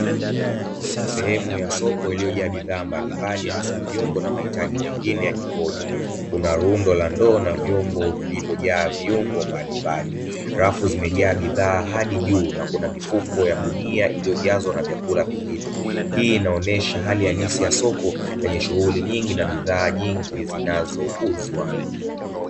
Sehemu ya soko iliyojaa bidhaa mbalimbali hasa viungo na mahitaji mengine ya jikoni, kuna rundo la ndoo na vyombo vilivyojaa viungo mbalimbali, rafu zimejaa bidhaa hadi juu na kuna mifuko ya gunia iliyojazwa na vyakula vingine, hii inaonyesha hali halisi ya soko yenye shughuli nyingi na bidhaa nyingi zinazouzwa.